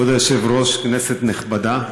כבוד היושב-ראש, כנסת נכבדה.